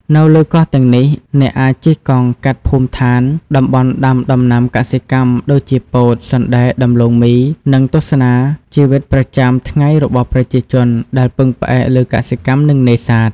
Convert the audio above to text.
នៅលើកោះទាំងនេះ អ្នកអាចជិះកង់កាត់ភូមិដ្ឋាន តំបន់ដាំដំណាំកសិកម្ម ដូចជាពោត សណ្តែក ដំឡូងមី និងទស្សនាជីវិតប្រចាំថ្ងៃរបស់ប្រជាជនដែលពឹងផ្អែកលើកសិកម្ម និងនេសាទ។